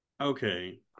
Okay